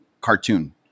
cartoon